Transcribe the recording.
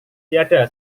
tiada